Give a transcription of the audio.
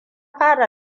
fara